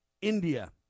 India